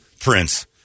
Prince